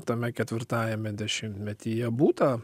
tame ketvirtajame dešimtmetyje būta